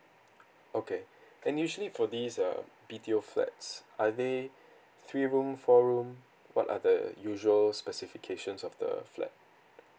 okay and usually for these uh B_T_O flats are they three room four room what are the usual specifications of the flat